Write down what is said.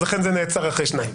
אז לכן זה נעצר אחרי שניים.